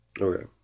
Okay